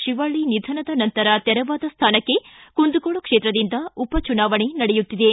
ಶಿವಳ್ಳ ನಿಧನದ ನಂತರ ತೆರವಾದ ಸ್ಥಾನಕ್ಕೆ ಕುಂದಗೋಳ ಕ್ಷೇತ್ರದಿಂದ ಉಪಚುನಾವಣೆ ನಡೆಯುತ್ತಿದೆ